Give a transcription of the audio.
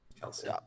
Kelsey